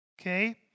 Okay